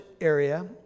area